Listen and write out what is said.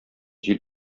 җил